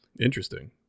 Interesting